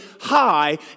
high